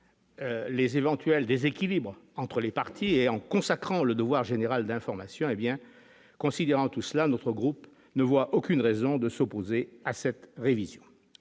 les éventuels déséquilibres entre les partis et en consacrant le devoir général d'information hé bien considérant tout cela, notre groupe ne voit aucune raison de s'opposer à cette révision